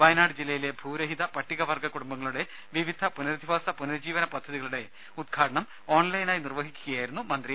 വയനാട് ജില്ലയിലെ ഭൂരഹിത പട്ടിക വർഗ്ഗ കുടുംബങ്ങളുടെ വിവിധ പുനരധിവാസ പുനരുജ്ജീവന പദ്ധതികളുടെ ഉദ്ഘാടനം ഓൺലൈനായി നിർവഹിക്കുകയായിരുന്നു മന്ത്രി